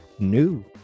new